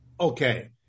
Okay